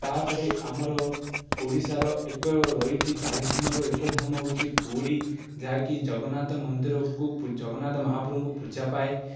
ତାପରେ ଆମର ଓଡ଼ିଶାର ଏକ ରହିଛି ଚାରି ଧାମରୁ ଏକ ଧାମ ହେଉଛି ପୁରୀ ଯାହାକି ଜଗନ୍ନାଥ ମନ୍ଦିରକୁ ଜଗନ୍ନାଥ ମହାପ୍ରଭୁଙ୍କୁ ପୂଜା ପାଏ